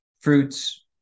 fruits